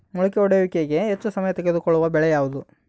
ಮೊಳಕೆ ಒಡೆಯುವಿಕೆಗೆ ಹೆಚ್ಚು ಸಮಯ ತೆಗೆದುಕೊಳ್ಳುವ ಬೆಳೆ ಯಾವುದು?